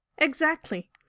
Exactly